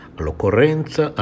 All'occorrenza